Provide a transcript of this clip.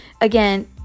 again